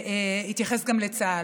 והתייחס גם לצה"ל.